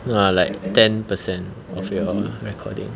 no lah like ten per cent of your recording